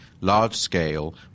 large-scale